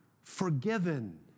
Forgiven